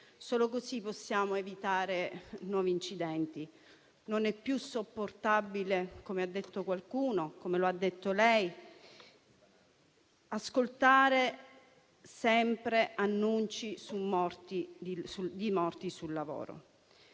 Solo così possiamo evitare nuovi incidenti. Non è più sopportabile - come ha detto qualcuno e come ha sottolineato anche lei - ascoltare sempre annunci di morti sul lavoro.